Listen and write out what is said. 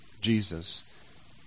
Jesus